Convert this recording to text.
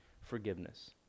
forgiveness